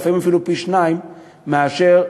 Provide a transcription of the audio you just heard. לפעמים אפילו פי-שניים מהתעריף של